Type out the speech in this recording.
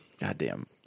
Goddamn